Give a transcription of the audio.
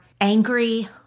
angry